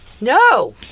No